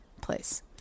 place